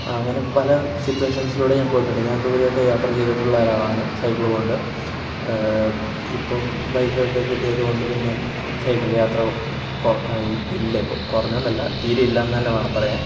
ആ അങ്ങനെ പല സിറ്റുവേഷൻസിലൂടെ ഞാൻ പോയിട്ടുണ്ട് ഞാൻ ദൂരെ ഒക്കെ യാത്ര ചെയ്തിട്ടുള്ള ഒരാളാണ് സൈക്കിൾ കൊണ്ട് ഇപ്പം ബൈക്കൊക്കെ കിട്ടിയത് കൊണ്ട് പിന്നെ സൈക്കിൾ യാത്ര കുറവാണ് ഇല്ല ഇപ്പം കുറഞ്ഞൂന്നല്ല തീരെ ഇല്ലാന്ന് തന്നെ വേണം പറയാൻ